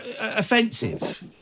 offensive